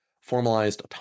formalized